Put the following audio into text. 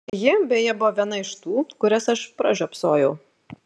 ji beje buvo viena iš tų kurias aš pražiopsojau